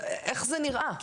איך זה נראה?